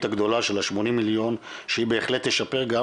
הגדולה של ה-80 מיליון שהיא בהחלט תשפר גם